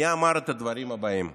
מי אמר את הדברים הבאים?